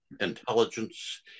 intelligence